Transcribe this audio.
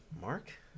Mark